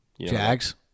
Jags